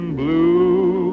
blue